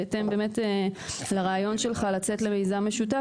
בהתאם באמת לרעיון שלך לצאת למיזם משותף,